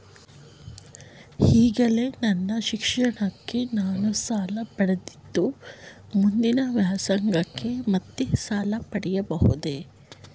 ಈಗಾಗಲೇ ನನ್ನ ಶಿಕ್ಷಣಕ್ಕೆ ನಾನು ಸಾಲ ಪಡೆದಿದ್ದು ಮುಂದಿನ ವ್ಯಾಸಂಗಕ್ಕೆ ಮತ್ತೆ ಸಾಲ ಪಡೆಯಬಹುದೇ?